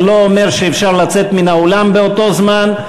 זה לא אומר שאפשר לצאת מן האולם באותו זמן.